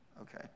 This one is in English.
okay